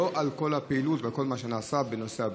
לא לכל הפעילות ולכל מה שנעשה בנושא הבנייה.